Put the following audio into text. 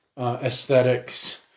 aesthetics